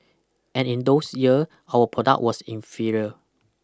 and in those year our product was inferior